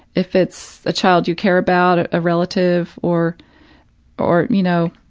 if it's a child you care about, a relative, or or, you know,